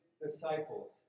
disciples